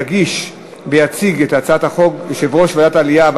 יגיש ויציג את הצעת החוק יושב-ראש ועדת העלייה,